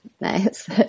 Nice